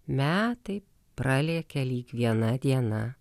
metai pralėkė lyg viena diena